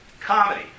Comedy